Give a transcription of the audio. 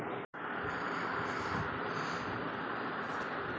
ఈ సురీడు గొర్రెలను పొలంలోకి తోల్కపోతే అక్కడున్న గడ్డి తింటాయి